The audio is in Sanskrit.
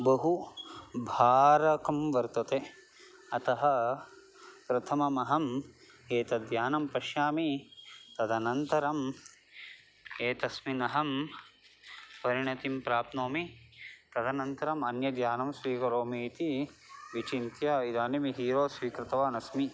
बहु भारकं वर्तते अतः प्रथममहम् एतद्यानं पश्यामि तदनन्तरम् एतस्मिन् अहं परिणतिं प्राप्नोमि तदनन्तरम् अन्यद्यानं स्वीकरोमि इति विचिन्त्य इदानीं हीरो स्वीकृतवान् अस्मि